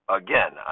again